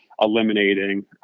eliminating